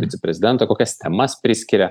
viceprezidento kokias temas priskiria